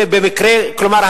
כלומר,